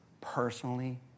personally